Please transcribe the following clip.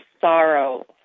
sorrow